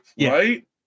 Right